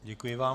Děkuji vám.